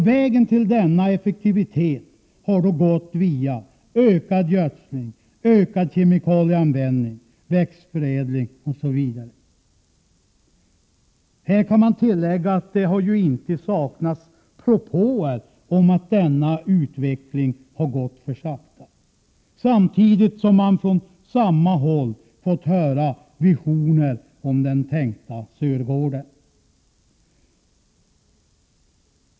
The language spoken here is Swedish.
Vägen till denna effektivitet har gått via ökad gödsling, ökad kemikalieanvändning, växtförädling osv. Här kan man tillägga att det ju inte har saknats propåer om att denna utveckling har gått för sakta, samtidigt som man från samma håll har fått höra visioner om den tänkta Sörgården.